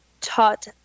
taught